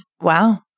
Wow